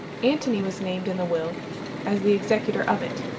antony was named in the will as the executor of it.